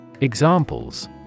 Examples